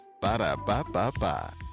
Ba-da-ba-ba-ba